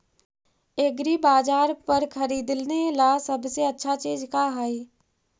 एग्रीबाजार पर खरीदने ला सबसे अच्छा चीज का हई?